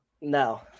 No